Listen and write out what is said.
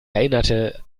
erinnerte